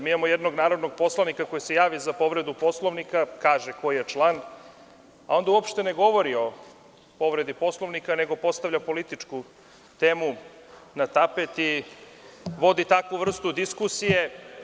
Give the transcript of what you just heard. Mi imamo jednog narodnog poslanika koji se javi za povredu Poslovnika, kaže koji je član, a onda uopšte ne govori o povredi Poslovnika, nego postavlja političku temu na tapet i vodi takvu vrstu diskusije.